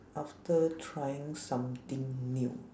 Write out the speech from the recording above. after trying something new